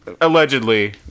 allegedly